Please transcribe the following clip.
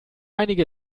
einige